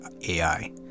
AI